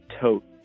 tote